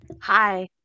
hi